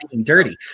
dirty